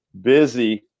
busy